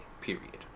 Period